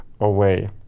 away